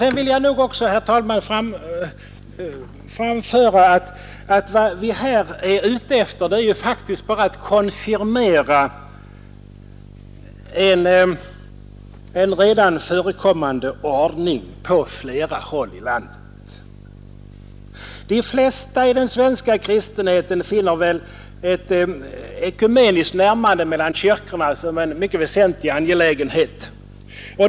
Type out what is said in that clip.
Sedan vill jag också, herr talman, framhålla att vad vi här är ute efter faktiskt är att konfirmera en på flera håll i landet redan förekommande ordning. De flesta i den svenska kristenheten finner väl ett ekumeniskt närmande mellan kyrkorna som en mycket väsentlig angelägenhet.